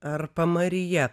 ar pamaryje